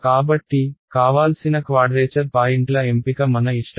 కాబట్టి కావాల్సిన క్వాడ్రేచర్ పాయింట్ల ఎంపిక మన ఇష్టం